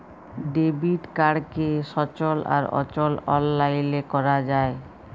debit কাড়কে সচল আর অচল অললাইলে ক্যরা যায়